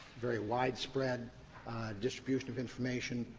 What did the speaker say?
very widespread distribution of information,